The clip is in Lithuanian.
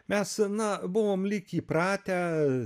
mes na buvom lyg įpratę